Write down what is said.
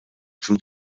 zum